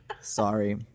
Sorry